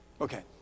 Okay